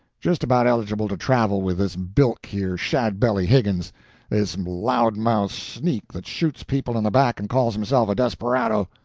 just about eligible to travel with this bilk here shadbelly higgins this loud-mouthed sneak that shoots people in the back and calls himself a desperado.